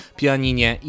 pianinie